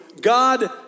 God